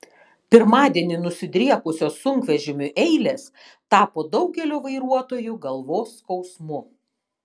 pirmadienį nusidriekusios sunkvežimių eilės tapo daugelio vairuotojų galvos skausmu